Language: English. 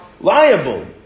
liable